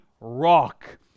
rock